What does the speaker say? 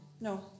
no